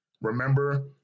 Remember